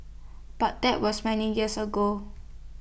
but that was many years ago